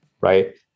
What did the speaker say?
right